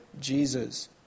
Jesus